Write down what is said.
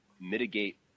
mitigate